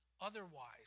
otherwise